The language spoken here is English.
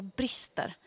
brister